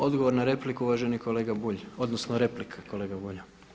Odgovor na repliku uvaženi kolega Bulj, odnosno replika kolege Bulja.